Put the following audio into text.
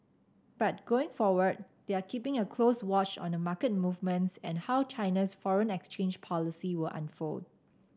but going forward they are keeping a close watch on market movements and how China's foreign exchange policy will unfold